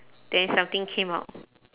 then something came up